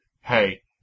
hey